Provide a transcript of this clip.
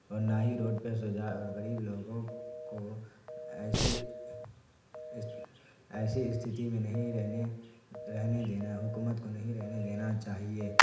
اور نہ ہی روڈ پہ سو جائے اور غریب لوگوں کو ایسی اس ایسی استھتی میں نہیں رہنے رہنے دینا حکومت کو نہیں رہنے دینا چاہیے